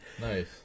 Nice